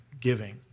giving